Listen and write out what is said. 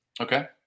Okay